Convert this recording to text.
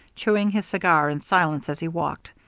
chewing his cigar in silence as he walked.